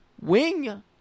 Wing